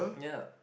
yup